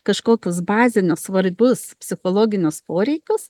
kažkokius bazinius svarbius psichologinius poreikius